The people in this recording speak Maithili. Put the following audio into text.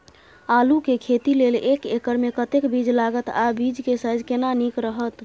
आलू के खेती लेल एक एकर मे कतेक बीज लागत आ बीज के साइज केना नीक रहत?